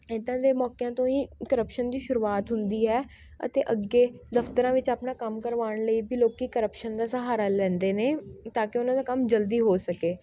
ਇੱਦਾਂ ਦੇ ਮੌਕਿਆਂ ਤੋਂ ਹੀ ਕਰਪਸ਼ਨ ਦੀ ਸ਼ੁਰੂਆਤ ਹੁੰਦੀ ਹੈ ਅਤੇ ਅੱਗੇ ਦਫ਼ਤਰਾਂ ਵਿੱਚ ਆਪਣਾ ਕੰਮ ਕਰਵਾਉਣ ਲਈ ਵੀ ਲੋਕੀਂ ਕਰਪਸ਼ਨ ਦਾ ਸਹਾਰਾ ਲੈਂਦੇ ਨੇ ਤਾਂ ਕਿ ਉਹਨਾਂ ਦਾ ਕੰਮ ਜਲਦੀ ਹੋ ਸਕੇ